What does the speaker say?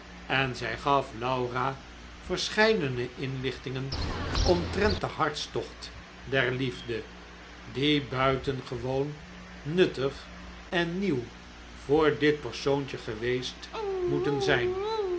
en zij gaf laura verscheidene inlichtingen omtrent den hartstocht der liefde die buitengewoon nuttig en nieuw voor dit persoontje geweest moeten zijn